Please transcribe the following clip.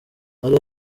hari